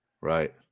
Right